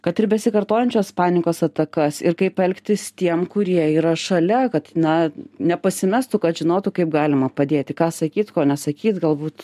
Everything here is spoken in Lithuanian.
kad ir besikartojančios panikos atakas ir kaip elgtis tiem kurie yra šalia kad na nepasimestų kad žinotų kaip galima padėti ką sakyt ko nesakyt galbūt